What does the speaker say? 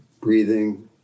breathing